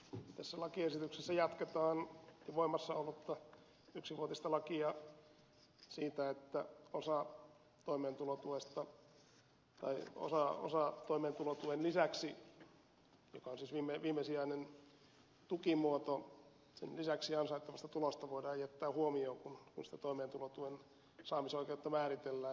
tässä lakiesityksessä jatketaan jo voimassa ollutta yksivuotista lakia siitä että osa toimeentulotuen joka on siis viimesijainen tukimuoto lisäksi ansaittavasta tulosta voidaan jättää ottamatta huomioon kun toimeentulotuen saamisoikeutta määritellään